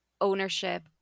ownership